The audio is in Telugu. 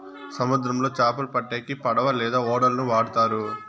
సముద్రంలో చాపలు పట్టేకి పడవ లేదా ఓడలను వాడుతారు